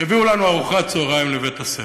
הביאו לנו ארוחת צהריים לבית-הספר.